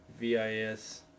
VIS